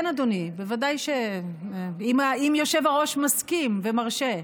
כן, אדוני, בוודאי, אם היושב-ראש מסכים ומרשה.